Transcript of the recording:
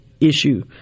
issue